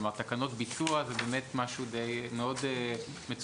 כלומר, תקנות ביצוע זה באמת משהו מאוד מצומצם.